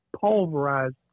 pulverized